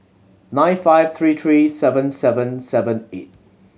nine five three three seven seven seven eight